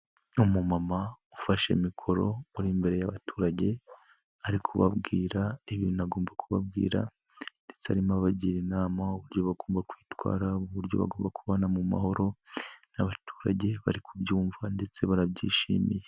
Umumama ufashe mikoro uri imbere y'abaturage, ari kubabwira ibintu agomba kubabwira, ndetse arimo abagira inama uburyo bagomba kwitwara n'uburyo bagomba kubona mu mahoro, n'abaturage bari kubyumva ndetse barabyishimiye.